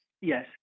Yes